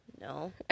no